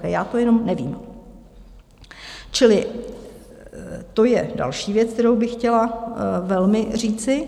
Já to jenom nevím, čili to je další věc, kterou bych chtěla říci.